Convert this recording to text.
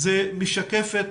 זה משקף את